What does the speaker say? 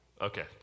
Okay